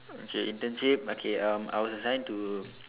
okay internship okay um I was assigned to